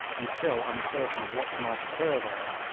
and still uncertain of what might occur there,